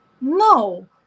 No